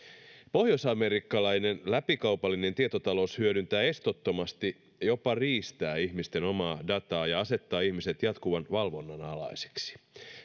pohjoisamerikkalainen läpikaupallinen tietotalous hyödyntää estottomasti jopa riistää ihmisten omaa dataa ja asettaa ihmiset jatkuvan valvonnan alaisiksi